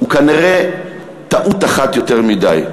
הוא כנראה טעות אחת יותר מדי.